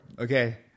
okay